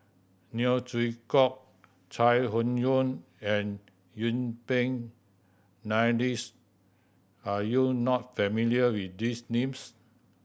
Neo Chwee Kok Chai Hon Yoong and Yuen Peng McNeice are you not familiar with these names